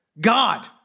God